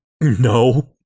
No